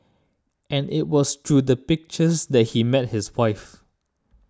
and it was through the pictures that he met his wife